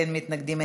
אין מתנגדים,